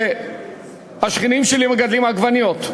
והשכנים שלי מגדלים עגבניות,